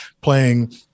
playing